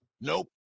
Nope